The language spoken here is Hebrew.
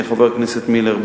חבר הכנסת מילר,